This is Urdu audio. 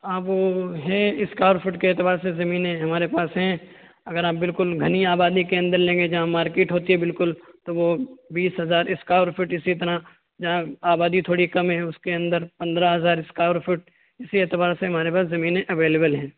آپ وہ ہیں اسکوار فٹ کے اعتبار سے زمینیں ہمارے پاس ہیں اگر آپ بالکل گھنی آبادی کے اندر لیں گے جہاں مارکٹ ہوتی ہے بالکل تو وہ بیس ہزار اسکوار فٹ فٹ اسی طرح جہاں آبادی تھوڑی کم ہے اس کے اندر پندرہ ہزار اسکوار فٹ اسی اعتبار سے ہمارے پاس زمیںیں اویلبل ہیں